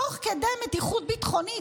תוך כדי מתיחות ביטחונית,